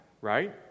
Right